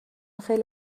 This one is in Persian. خیلی